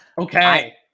Okay